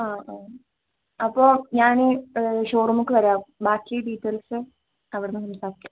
ആ ആ അപ്പോൾ ഞാൻ ഷോറൂമിലേക്ക് വരാം ബാക്കി ഡീറ്റെയിൽസ് അവിടെ നിന്ന് സംസാരിക്കാം